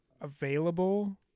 available